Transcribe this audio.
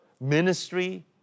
ministry